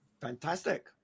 Fantastic